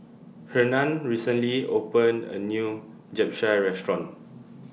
Hernan recently opened A New Japchae Restaurant